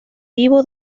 vivo